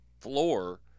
floor